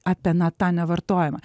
apie na tą nevartojimą